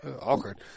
Awkward